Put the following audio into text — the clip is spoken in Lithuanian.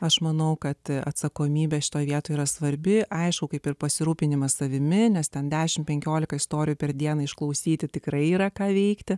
aš manau kad atsakomybė šitoje vietoj yra svarbi aišku kaip ir pasirūpinimas savimi nes ten dešim penkiolika istorijų per dieną išklausyti tikrai yra ką veikti